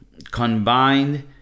combined